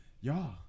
y'all